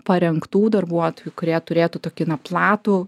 parengtų darbuotojų kurie turėtų tokį na platų